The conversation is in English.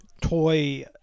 toy